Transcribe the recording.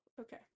Okay